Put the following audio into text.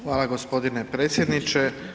Hvala gospodine predsjedniče.